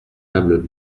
tables